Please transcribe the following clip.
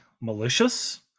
malicious